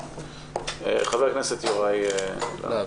חבר הכנסת יוראי להב.